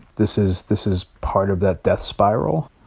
this is this is part of that death spiral,